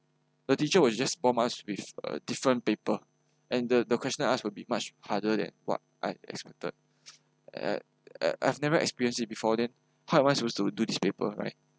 the teacher will just boom us with a different paper and the the question ask will be much harder than what I expected uh I've never experienced it before then how am I supposed to do this paper right